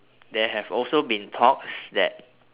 there have also been talks that